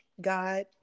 God